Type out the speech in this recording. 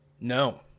no